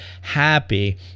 happy